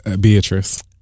Beatrice